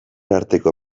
arteko